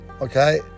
Okay